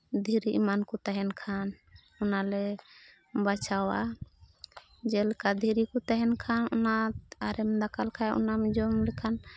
ᱫᱷᱤᱨᱤ ᱮᱢᱟᱱ ᱠᱚ ᱛᱟᱦᱮᱱ ᱠᱷᱟᱱ ᱚᱱᱟᱞᱮ ᱵᱟᱪᱷᱟᱣᱟ ᱡᱮᱞᱮᱠᱟ ᱫᱷᱤᱨᱤ ᱠᱚ ᱛᱟᱦᱮᱱ ᱠᱷᱟᱱ ᱚᱱᱟ ᱟᱨᱮᱢ ᱫᱟᱠᱟ ᱞᱮᱠᱷᱟᱡ ᱚᱱᱟᱢ ᱡᱚᱢ ᱞᱮᱠᱷᱟᱱ